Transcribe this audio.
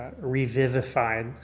revivified